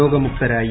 രോഗമുക്തരായി